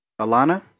Alana